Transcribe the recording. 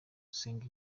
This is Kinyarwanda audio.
senga